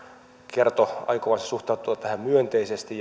kertoi aikovansa suhtautua tähän myönteisesti